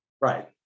Right